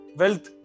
wealth